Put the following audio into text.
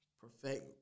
Perfect